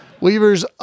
Weavers